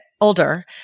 older